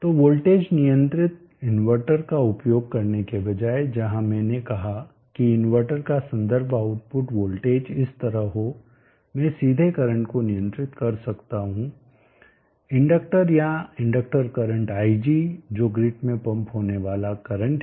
तो वोल्टेज नियंत्रित इन्वर्टर का उपयोग करने के बजाय जहां मैंने कहा कि इन्वर्टर का संदर्भ आउटपुट वोल्टेज इस तरह हो मैं सीधे करंट को नियंत्रित कर सकता हूं इंडक्टर या इंडक्टर करंट ig जो ग्रिड में पंप होने वाला करंट है